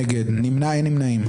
שלושה בעד, ארבעה נגד, אין נמנעים.